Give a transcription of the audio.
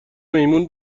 میمون